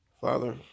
Father